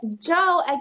Joe